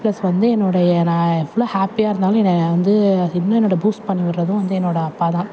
plus வந்து என்னுடைய நான் எவ்வளவோ ஹாப்பியாக இருந்தாலும் என்னையை வந்து இன்னும் என்னோட பூஸ்ட் பண்ணிவிட்றதும் வந்து என்னோட அப்பா தான்